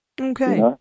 Okay